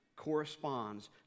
corresponds